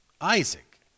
Isaac